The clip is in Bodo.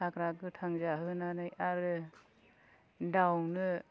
हाग्रा गोथां जाहोनानै आरो दाउनो